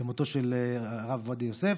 למותו, של הרב עובדיה יוסף,